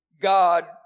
God